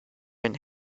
and